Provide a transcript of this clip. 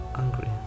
angry